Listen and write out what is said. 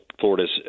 Florida's